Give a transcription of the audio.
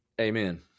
Amen